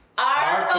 i